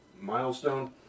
milestone